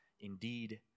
Indeed